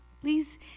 Please